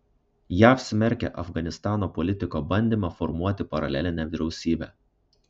jav smerkia afganistano politiko bandymą formuoti paralelinę vyriausybę